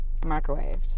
microwaved